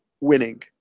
winning